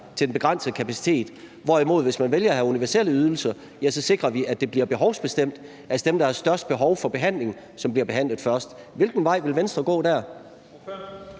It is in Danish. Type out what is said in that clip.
til den begrænsede kapacitet, hvorimod man, hvis man vælger at have universelle ydelser, sikrer, at det bliver behovsbestemt, altså at det er dem, der har størst behov for behandling, som bliver behandlet først. Hvilken vej vil Venstre gå der?